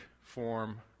form